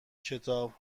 کتاب